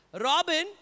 Robin